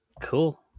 cool